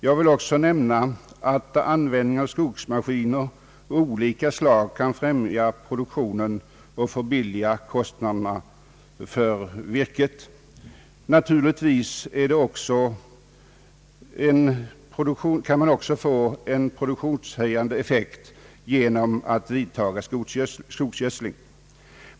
Jag vill också nämna att användning av skogsmaskiner av olika slag kan främja produktionen och sänka kostnaderna för virket. Naturligtvis kan man också få en produktionshöjande effekt genom skogsgödsling.